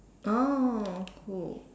oh cool